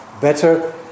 better